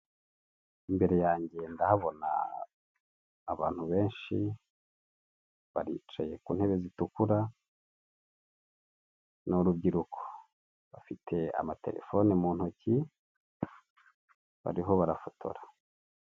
Imbere yanjye ndahabona abantu benshi, baricaye ku ntebe zitukura, ni urubyiruko bafite amatelefoni mu ntoki, bariho barafotora.